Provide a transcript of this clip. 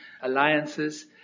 Alliances